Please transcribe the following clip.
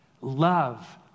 Love